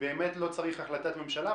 לא צריך באמת החלטת ממשלה,